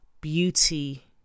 beauty